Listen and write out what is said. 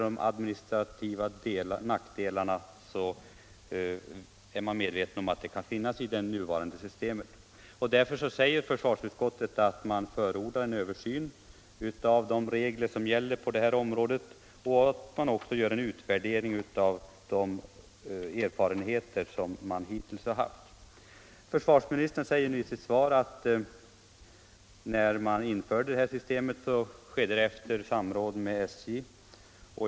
Detta gäller särskilt de administrativa nackdelar som kan finnas i det nuvarande systemet. Utskottet förordar därför att en översyn sker av gällande regler på området och att man i samband därmed också gör en utvärdering av erfarenheterna hittills av förmånssystemet i denna del.” Försvarsministern säger nu i sitt svar att när det här systemet infördes skedde det i samråd med SJ.